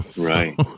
Right